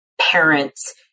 parents